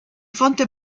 fonte